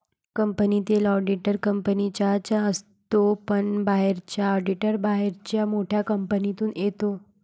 कंपनीतील ऑडिटर कंपनीचाच असतो पण बाहेरचा ऑडिटर बाहेरच्या मोठ्या कंपनीतून येतो